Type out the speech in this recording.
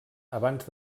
abans